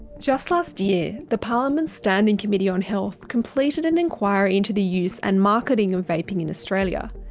just last year, the parliament's standing committee on health completed an inquiry into the use and marketing of vaping in australia.